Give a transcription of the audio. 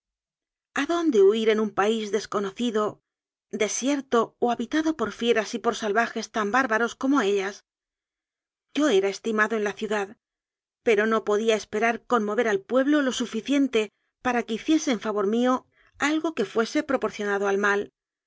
adonde huir en un país desconocido desierto o habitado por fieras y por salvajes tan bárbaros como ellas yo era estimado en la ciudad pero no podía esperar conmover al pueblo lo suficiente para que hiciese en favor mío algo que fuese proporcionado al mal